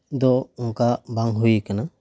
ᱫᱚ ᱚᱱᱠᱟ ᱵᱟᱝ ᱦᱩᱭ ᱟᱠᱟᱱᱟ